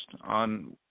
on